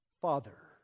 father